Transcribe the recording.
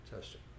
testing